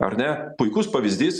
ar ne puikus pavyzdys